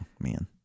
man